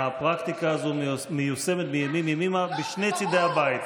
הפרקטיקה הזאת מיושמת מימים ימימה בשני צידי הבית.